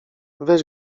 weź